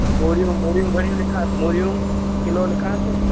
मूरियूं मूरियूं घणियूं लिखांसि मूरियूं किलो लिखांसि